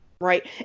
right